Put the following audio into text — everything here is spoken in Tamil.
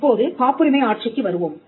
இப்போது காப்புரிமை ஆட்சிக்கு வருவோம்